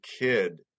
kid